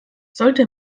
sollte